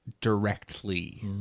directly